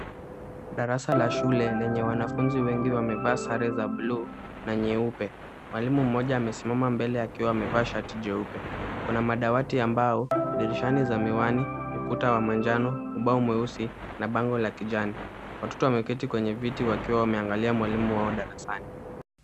Darasa la shule lenye wanafunzi wengi wamevaa sare za buluu na nyeupe. Mwalimu mmoja amesimama mbele akiwa amevaa shati jeupe. Kuna madawa ya bao, dirisha ni za miwani, ukuta wa manjano, ubao mweusi na bango la kijani. Watoto wameketi kwenye viti wakiwa wameangalia mwalimu wao darasani.